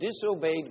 disobeyed